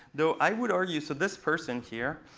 though i would argue, so this person here